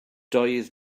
doedd